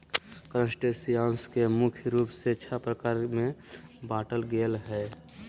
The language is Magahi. क्रस्टेशियंस के मुख्य रूप से छः प्रकार में बांटल गेले हें